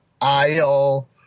aisle